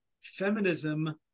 feminism